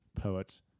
poet